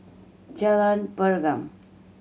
Jalan Pergam